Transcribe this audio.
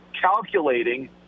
calculating